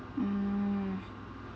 mm